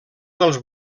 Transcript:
dels